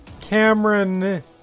Cameron